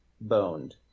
boned